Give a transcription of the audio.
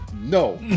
No